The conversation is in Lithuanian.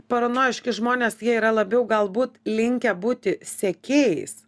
paranojiški žmonės jie yra labiau galbūt linkę būti sekėjais